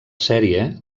sèrie